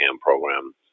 program